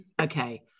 okay